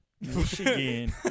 Michigan